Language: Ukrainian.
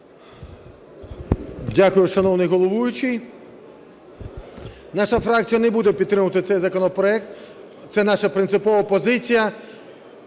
Дякую, шановний головуючий. Наша фракція не буде підтримувати цей законопроект, це наша принципова позиція.